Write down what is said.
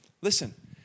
Listen